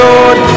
Lord